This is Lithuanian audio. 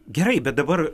gerai bet dabar